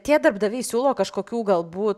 tie darbdaviai siūlo kažkokių galbū